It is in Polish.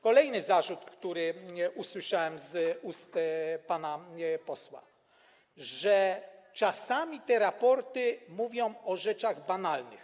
Kolejny zarzut, który usłyszałem z ust pana posła, że czasami te raporty mówią o rzeczach banalnych.